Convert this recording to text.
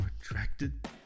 attracted